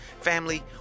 Family